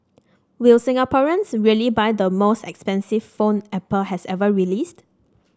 will Singaporeans really buy the most expensive phone Apple has ever released